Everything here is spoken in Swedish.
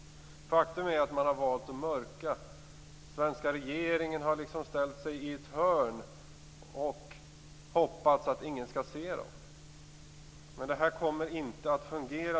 Faktum är att man så att säga har valt att mörka. Svenska regeringen har liksom ställt sig i ett hörn i hopp om att ingen skall se den. Detta kommer dock inte att fungera.